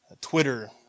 Twitter